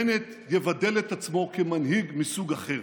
בנט יבדל את עצמו כמנהיג מסוג אחר.